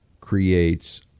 creates